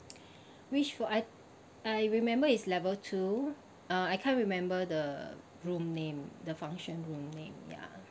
which floor I I remember is level two uh I can't remember the room name the function room name ya